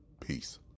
Peace